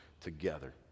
together